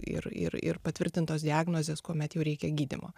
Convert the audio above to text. ir ir ir patvirtintos diagnozės kuomet jau reikia gydymo